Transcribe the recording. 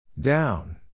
Down